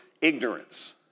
ignorance